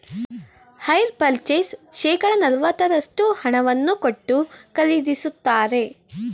hire purchase ಶೇಕಡ ನಲವತ್ತರಷ್ಟು ಹಣವನ್ನು ಕೊಟ್ಟು ಖರೀದಿಸುತ್ತಾರೆ